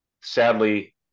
sadly